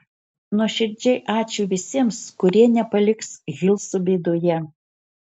nuoširdžiai ačiū visiems kurie nepaliks hilso bėdoje